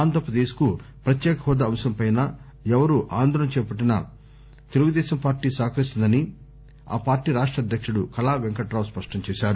ఆంధ్రప్రదేశ్కు పత్యేక హోదా అంశంపై ఎవరు ఆందోళన చేపట్టినా తెలుగుదేశం పార్టీ సహకరిస్తుందని ఆ పార్టీ రాష్ట అధ్యక్షుడు కళా వెంకటావు స్పష్టం చేశారు